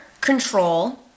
control